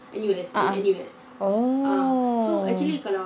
uh uh oh